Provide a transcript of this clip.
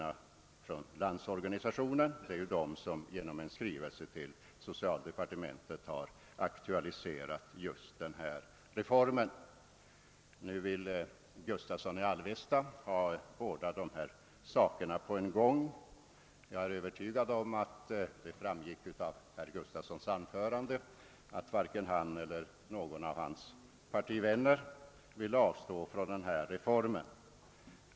Det är ju Landsorganisationen som i skrivelse till socialdepartementet har aktualiserat denna reform. sakerna genomförda på en gång. Av herr Gustavssons anförande framgick att varken han eller någon av hans partivänner vill avstå från denna reform.